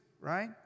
right